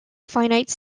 finite